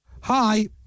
Hi